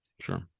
Sure